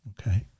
Okay